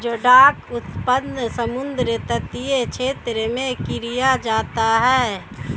जोडाक उत्पादन समुद्र तटीय क्षेत्र में किया जाता है